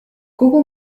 kogu